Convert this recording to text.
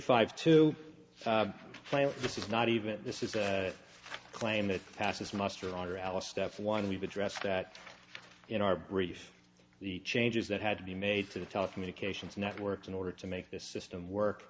five two plan this is not even this is a claim that passes muster on or alice stuff one we've addressed that in our brief the changes that had to be made to the telecommunications networks in order to make this system work